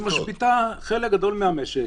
היא משביתה חלק גדול מהמשק,